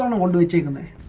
one day